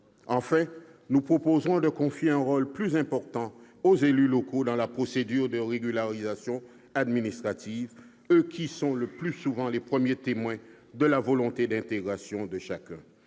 Enfin, nous proposerons de confier un rôle plus important aux élus locaux dans la procédure de régularisation administrative, eux qui sont souvent les premiers témoins de la volonté d'intégration de chacun.